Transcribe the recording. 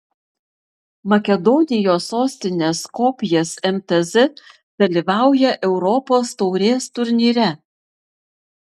makedonijos sostinės skopjės mtz dalyvauja europos taurės turnyre